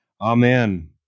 Amen